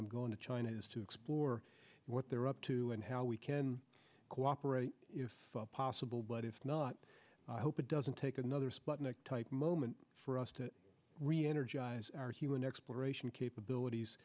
i'm going to china is to explore what they're up to and how we can cooperate if possible but if not i hope it doesn't take another sputnik type moment for us to reenergize our human exploration capabilities